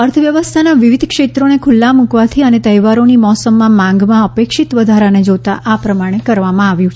અર્થવ્યવસ્થાના વિવિધ ક્ષેત્રોને ખૂલ્લા મૂકવાથી અને તહેવારોની મોસમમાં માંગમાં અપેક્ષિત વધારાને જોતાં આ પ્રમાણે કરવામાં આવ્યું છે